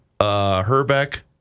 Herbeck